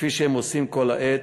כפי שהם עושים כל העת,